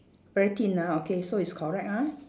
very thin ah okay so it's correct ah